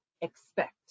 expect